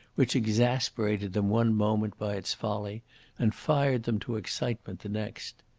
which exasperated them one moment by its folly and fired them to excitement the next.